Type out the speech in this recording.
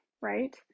right